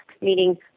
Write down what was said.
meaning